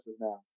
now